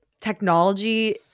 technology –